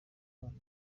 kubana